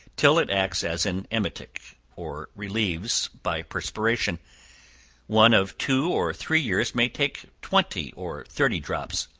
till it acts as an emetic, or relieves by perspiration one of two or three years may take twenty or thirty drops.